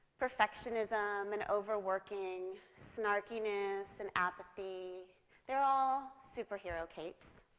perfectionism, and overworking, snarkiness, and apathy they are all superhero capes.